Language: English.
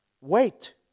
Wait